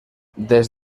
des